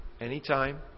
Anytime